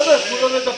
חבר'ה, תנו לו לדבר.